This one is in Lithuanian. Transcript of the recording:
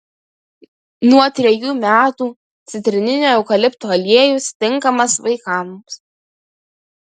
nuo trejų metų citrininio eukalipto aliejus tinkamas vaikams